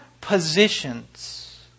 positions